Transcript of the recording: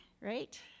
right